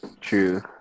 True